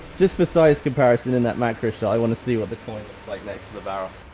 just for size comparison in that macro shot, i wanna see what the coin looks like next to the barrel.